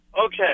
Okay